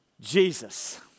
Jesus